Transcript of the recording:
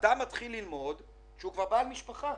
אדם מתחיל ללמוד כשהוא כבר בעל משפחה,